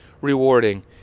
rewarding